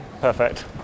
Perfect